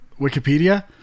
Wikipedia